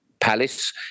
Palace